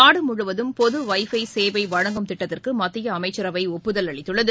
நாடுமுழுவதும் பொது வை பைசேவைழங்கும் திட்டத்திற்குமத்தியஅமைச்சரவைஒப்புதல் அளித்துள்ளது